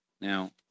Now